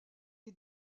est